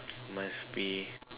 must be